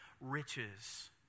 riches